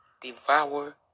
devour